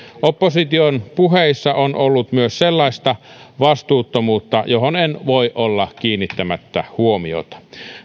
opposition puheissa on ollut myös sellaista vastuuttomuutta johon en voi olla kiinnittämättä huomiota